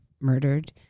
murdered